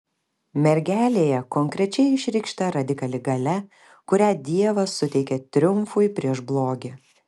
mergelėje konkrečiai išreikšta radikali galia kurią dievas suteikė triumfui prieš blogį